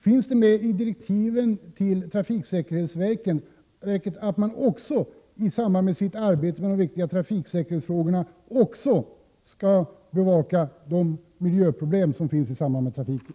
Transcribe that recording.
Finns de med i direktiven till trafiksäkerhetsverket, så att det i sitt arbete med de viktiga trafiksäkerhetsfrågorna också kan bevaka de miljöproblem som har samband med trafiken?